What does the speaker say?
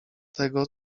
tego